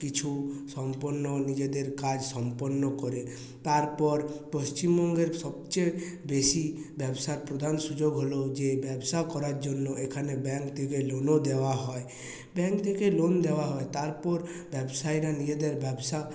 কিছু সম্পন্ন নিজেদের কাজ সম্পন্ন করে তারপর পশ্চিমবঙ্গের সবচেয়ে বেশি ব্যবসার প্রধান সুযোগ হল যে ব্যবসা করার জন্য এখানে ব্যাঙ্ক থেকে লোনও দেওয়া হয় ব্যাঙ্ক থেকে লোন দেওয়া হয় তারপর ব্যবসায়ীরা নিজেদের ব্যবসা